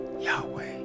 Yahweh